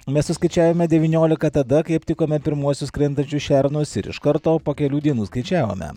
mes suskaičiavome devyniolika tada kai aptikome pirmuosius krentančius šernus ir iš karto po kelių dienų skaičiavome